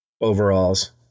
overalls